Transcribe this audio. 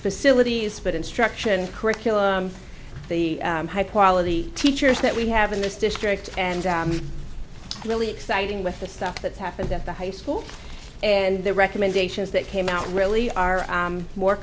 facilities but instruction curriculum for the high quality teachers that we have in this district and really exciting with the stuff that's happened that the high school and the recommendations that came out really are more